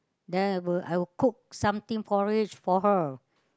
then I will I will cook something porridge for her